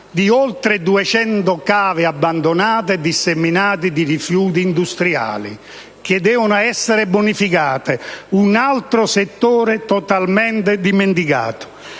di oltre 200 cave abbandonate, piene di rifiuti industriali che devono essere bonificate (ed è questo un altro settore totalmente dimenticato).